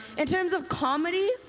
in terms of comedy,